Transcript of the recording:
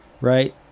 Right